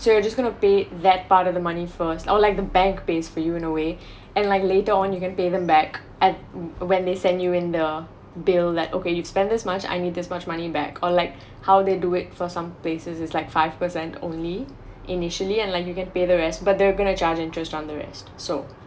so you just going to pay that part of the money first or like the bank pays for you in a way and like later on you can pay them back at when they send you in the bill like okay you've spend this much I need this much money back or like how they do it for some places is like five percent only initially and like you can pay the rest but they're going to charge interest on the rest so